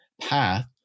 path